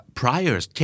priors